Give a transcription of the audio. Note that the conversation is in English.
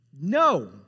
No